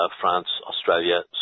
France-Australia